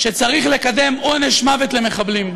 שצריך לקדם עונש מוות למחבלים.